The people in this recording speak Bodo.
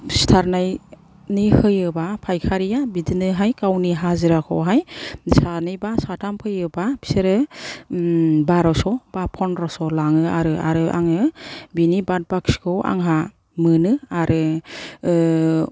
सिथारनाय नि होयोबा फाइखारिया बिदिनोहाय गावनि हाजिराखौहाय सानै बा साथाम फैयोबा फिसोरो बार'स' बा पन्द्र'स' लाङो आरो आरो आङो बिनि बाद बाखिखौ आंहा मोनो आरो